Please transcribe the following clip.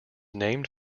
named